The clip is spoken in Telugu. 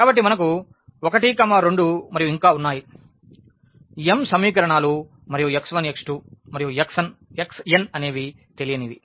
కాబట్టిమనకు 1 2 మరియు ఇంకా ఉన్నాయి m సమీకరణాలు మరియు x1 x2 మరియు xn అనేవి తెలియనివి